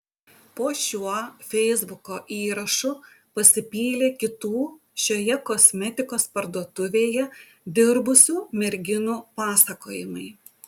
po šiuo feisbuko įrašu pasipylė kitų šioje kosmetikos parduotuvėje dirbusių merginų pasakojimai